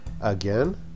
again